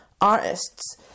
artists